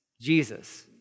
Jesus